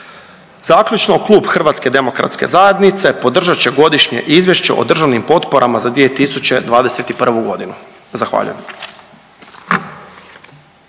Zaključno klub HDZ-a podržat će Godišnje izvješće o državnim potporama za 2021.g. Zahvaljujem.